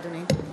(קוראת בשמות חברי הכנסת)